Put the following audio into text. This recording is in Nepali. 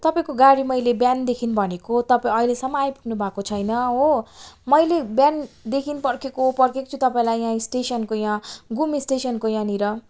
तपाईँको गाडी मैले बिहानदेखि भनेको तपाईँ अहिलेसम्म आइपुग्नु भएको छैन हो मैले बिहानदेखि पर्खेको पर्खेकै छु तपाईँलाई यहाँ स्टेसनको यहाँ घुम स्टेसनको यहाँनेर